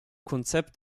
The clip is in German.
konzept